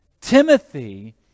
Timothy